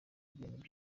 ikintu